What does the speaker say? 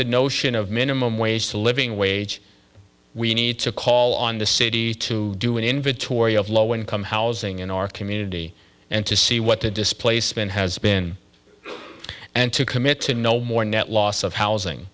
the notion of minimum wage to living wage we need to call on the city to do an inventory of low income housing in our community and to see what the displacement has been and to commit to no more net loss of housing